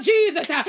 Jesus